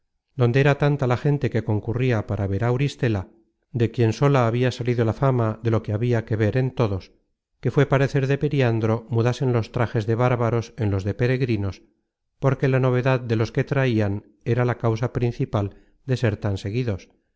donde era tanta la gente que concurria para ver á auristela de quien sola habia salido la fama de lo que habia que ver en todos que fué parecer de periandro mudasen los trajes de bárbaros en los de peregrinos porque la novedad de los que traian era la causa principal de ser tan seguidos